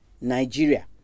Nigeria